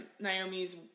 Naomi's